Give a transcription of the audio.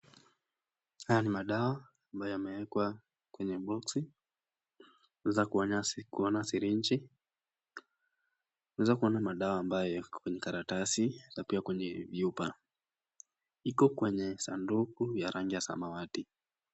Hawa ni madawa ambayo imeekwa kwenye box unaweza kuona sikuona friji ,unaweza kuona madawa kwenye karatasi na pia kwenye vyupa ,iko kwenye saduku ya rangi samawati.